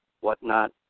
whatnot